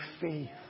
faith